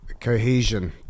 cohesion